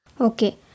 Okay